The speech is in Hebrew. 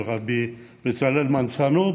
של רבי בצלאל מנסנו,